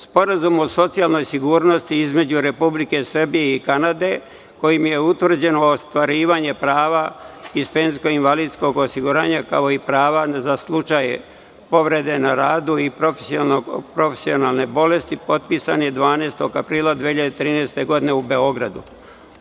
Sporazum o socijalnoj sigurnosti između Republike Srbije i Kanade, kojim je utvrđeno ostvarivanje prava iz penzijsko-invalidskog osiguranja, kao i prava za slučaj povrede na radu i profesionalne bolesti, potpisan je 12. aprila 2013. godine u Beogradu.